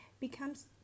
becomes